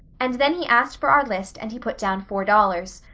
and then he asked for our list and he put down four dollars.